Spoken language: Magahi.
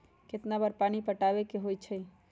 कितना बार पानी पटावे के होई छाई?